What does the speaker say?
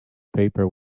paper